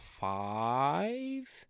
five